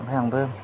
ओमफ्राय आंबो